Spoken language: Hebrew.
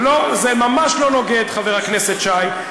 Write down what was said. לא, זה ממש לא נוגד, חבר הכנסת שי.